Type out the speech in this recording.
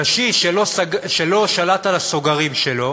קשיש שלא שלט בסוגרים שלו